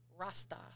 Rasta